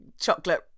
chocolate